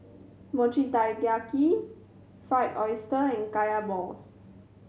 Mochi Taiyaki Fried Oyster and Kaya balls